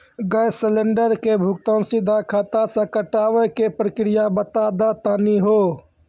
Gas cylinder के भुगतान सीधा खाता से कटावे के प्रक्रिया बता दा तनी हो?